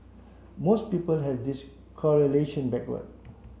most people have this correlation backward